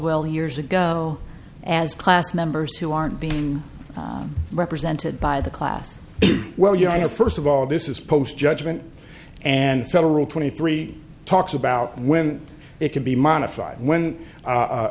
well years ago as class members who aren't being represented by the class well you know first of all this is post judgment and federal twenty three talks about when it can be modified when